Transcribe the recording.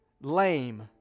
lame